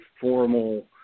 formal